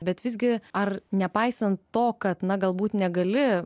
bet visgi ar nepaisant to kad na galbūt negali